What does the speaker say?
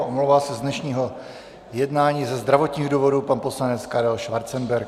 Omlouvá se z dnešního jednání ze zdravotních důvodů pan poslanec Karel Schwarzenberg.